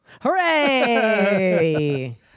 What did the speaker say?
Hooray